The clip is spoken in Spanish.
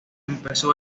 empezó